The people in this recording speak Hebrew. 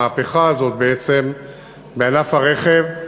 המהפכה הזאת בעצם בענף הרכב היא